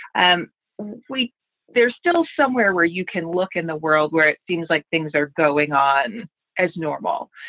and we there's still somewhere where you can look in the world where it seems like things are going on as normal.